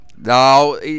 No